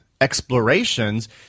explorations